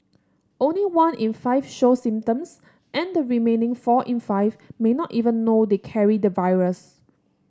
only one in five show symptoms and the remaining four in five may not even know they carry the virus